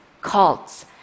cults